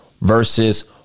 versus